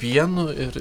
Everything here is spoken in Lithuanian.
pienu ir